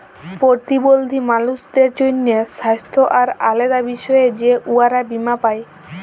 পরতিবল্ধী মালুসদের জ্যনহে স্বাস্থ্য আর আলেদা বিষয়ে যে উয়ারা বীমা পায়